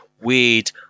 weird